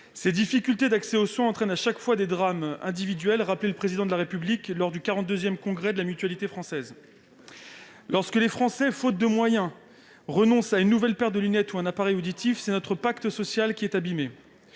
Ces difficultés d'accès aux soins entraînent chaque fois des drames individuels, comme le rappelait le Président de la République lors du 42 congrès de la Mutualité française. Lorsque les Français, faute de moyens, renoncent à une nouvelle paire de lunettes ou à un appareil auditif, c'est notre pacte social qui est abîmé.